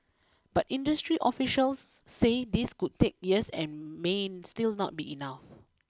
but industry officials say this could take years and may still not be enough